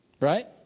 Right